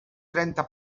trenta